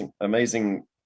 amazing